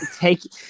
take